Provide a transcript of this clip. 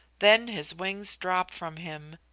then his wings drop from him,